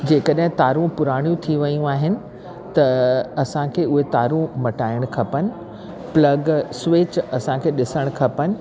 जे कॾहिं तारूं पुराणियूं थी वियूं आहिनि त असांखे उहे तारूं मटाइणु खपनि प्लग स्विच असांखे ॾिसणु खपनि